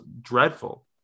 dreadful